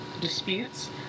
disputes